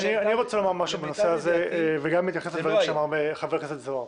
אני רוצה לומר משהו בנושא הזה וגם להתייחס לדברים שאמר חבר הכנסת זוהר.